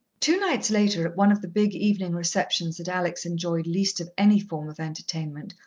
two nights later, at one of the big evening receptions that alex enjoyed least of any form of entertainment,